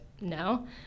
no